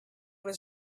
was